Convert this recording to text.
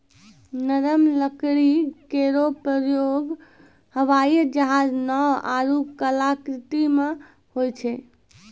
नरम लकड़ी केरो प्रयोग हवाई जहाज, नाव आरु कलाकृति म होय छै